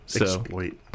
Exploit